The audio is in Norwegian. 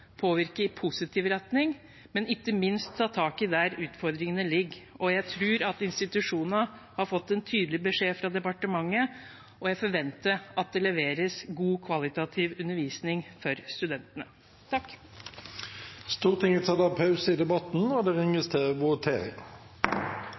ta tak i de utfordringene som ligger der. Jeg tror at institusjonene har fått en tydelig beskjed fra departementet, og jeg forventer at det leveres kvalitativt god undervisning for studentene. Stortinget tar da en pause i debatten i sak nr. 8, og det